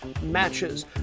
matches